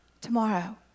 tomorrow